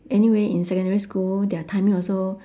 anyway in secondary school their timing also